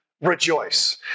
rejoice